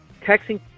texting